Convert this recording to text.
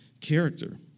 character